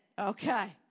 Okay